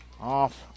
off